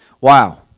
Wow